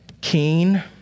keen